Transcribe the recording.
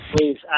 Please